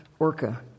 Orca